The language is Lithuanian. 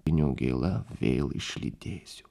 gėla vėl išlydėsiu